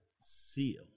Seal